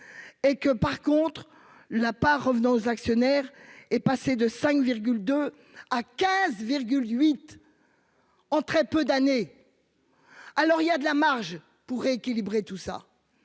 Et que par contre, la part revenant aux actionnaires est passé de 5 2 à 15. 8. Ont très peu d'années. Alors il y a de la marge pour équilibrer tout ça.